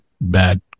bad